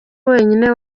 wenyine